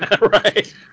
Right